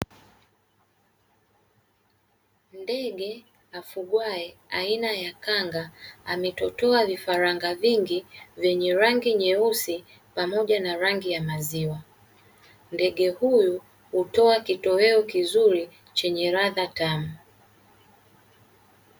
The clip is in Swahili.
Ndege afugwaye aina ya kanga ametotoa vifaranga vingi vyenye rangi nyeusi pamoja na rangi ya maziwa, ndege huyu hutoa kitoweo kizuri chenye ladha tamu.